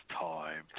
time